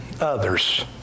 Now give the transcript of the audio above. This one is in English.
others